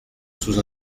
sous